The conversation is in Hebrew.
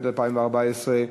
התשע"ד 2014,